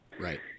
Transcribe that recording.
Right